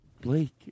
Blake